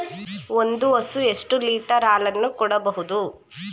ಒಂದು ಹಸು ಎಷ್ಟು ಲೀಟರ್ ಹಾಲನ್ನು ಕೊಡಬಹುದು?